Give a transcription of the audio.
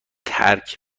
ترک